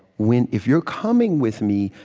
when if you're coming with me,